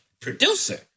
Producer